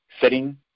setting